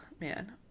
man